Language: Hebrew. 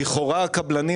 הקבלנים,